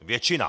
Většina.